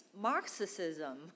Marxism